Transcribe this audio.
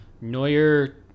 Neuer